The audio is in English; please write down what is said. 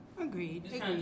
agreed